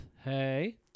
Hey